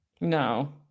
No